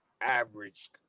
Averaged